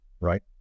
right